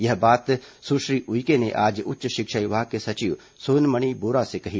यह बात सुश्री उइके ने आज उच्च शिक्षा विभाग के सचिव सोनमणि बोरा से कही